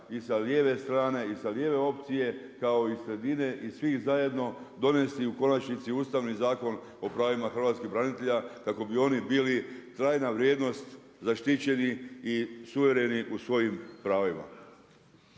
i sa lijeve strane i sa lijeve opcije kao i sredine i svih zajedno donesti u konačnici Ustavni zakon o pravima hrvatskih branitelja kako bi oni bili trajna vrijednost zaštićeni i suvereni u svojim pravima.